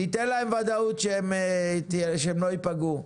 ניתן להם ודאות שהם לא ייפגעו.